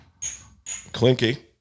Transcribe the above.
Clinky